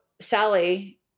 Sally –